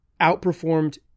outperformed